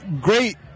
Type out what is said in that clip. Great